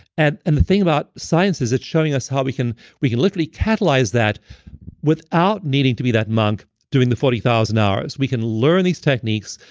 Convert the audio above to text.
and and the thing about science is it's showing us how we can we can literally catalyze that without needing to be that monk doing the forty thousand hours. we can learn these techniques,